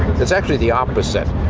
it's actually the opposite.